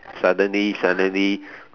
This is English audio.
suddenly suddenly